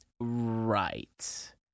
Right